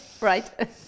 right